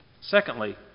Secondly